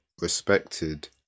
respected